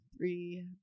three